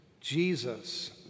Jesus